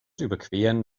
überqueren